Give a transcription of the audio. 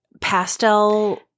pastel